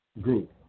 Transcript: group